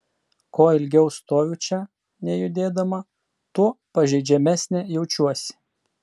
kuo ilgiau stoviu čia nejudėdama tuo pažeidžiamesnė jaučiuosi